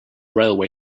railway